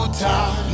time